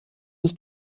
des